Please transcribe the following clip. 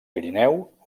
pirineu